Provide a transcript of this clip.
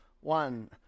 One